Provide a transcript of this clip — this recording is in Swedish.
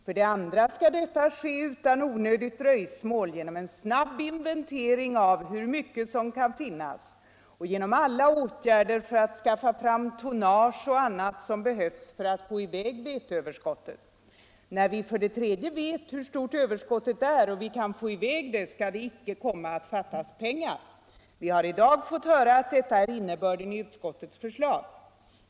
För det andra skall detta ske utan onödigt dröjsmål genom en snabb inventering av hur mycket som kan finnas och genom alla åtgärder för att snabbt skaffa fram tonnage och annat som behövs för att få i väg veteöverskottet. När vi för det tredje vet hur stort överskottet är och vi kan få i väg det skall det icke komma att fattas pengar. Vi har i dag fått höra att detta är innebörden i utskottets förslag.